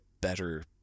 better